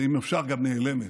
ואם אפשר גם נעלמת.